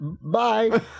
bye